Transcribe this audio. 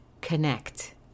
connect